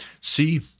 See